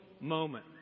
moment